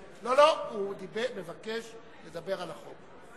לא, הוא מבקש לדבר על החוק.